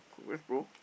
congrats bro